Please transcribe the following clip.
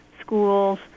schools